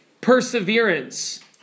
Perseverance